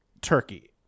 Turkey